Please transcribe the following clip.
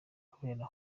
kubera